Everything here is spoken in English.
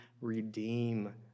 redeem